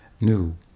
new